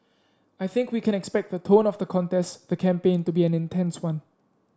I think we can expect the tone of the contest the campaign to be an intense one